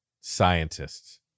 scientists